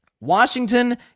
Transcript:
Washington